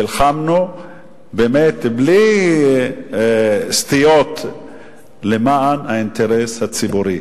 נלחמנו באמת בלי סטיות למען האינטרס הציבורי,